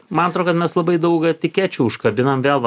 man atrodo kad mes labai daug etikečių užkabinam vėl va